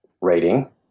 rating